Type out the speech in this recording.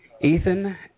Ethan